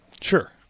sure